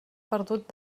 perdut